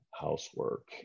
housework